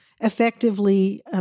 effectively